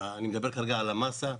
אני מדבר כרגע על המסה,